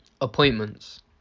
Appointments